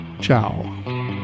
Ciao